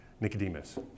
Nicodemus